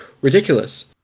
ridiculous